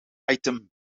item